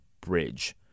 Bridge